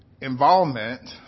involvement